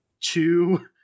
two